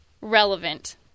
Relevant